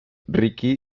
ricky